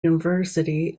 university